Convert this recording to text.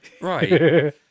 Right